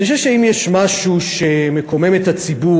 אני חושב שאם יש משהו שמקומם את הציבור,